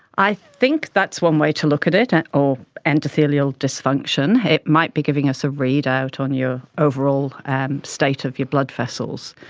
i think that's one way to look at it, and or endothelial dysfunction. it might be giving us a readout on your overall state of your blood vessels.